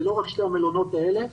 זה לא רק שני המלונות האלה.